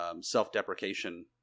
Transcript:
self-deprecation